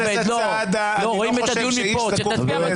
חבר הכנסת סעדה, אני לא חושב שאיש זקוק לעזרה.